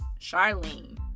Charlene